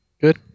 Good